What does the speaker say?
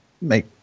make